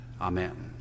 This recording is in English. Amen